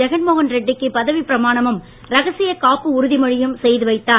ஜெகன்மோகன் ரெட்டிக்கு பதவிப் பிரமாணமும் ரகசியக்காப்பு உறுதிமொழியும் செய்து வைத்தார்